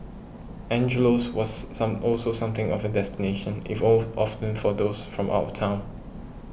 Angelo's was some also something of a destination if of often for those from out of town